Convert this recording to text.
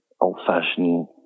old-fashioned